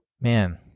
man